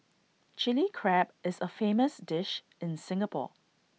Chilli Crab is A famous dish in Singapore